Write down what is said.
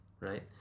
right